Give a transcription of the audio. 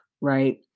right